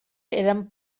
eren